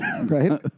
right